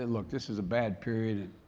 and look this is a bad period and.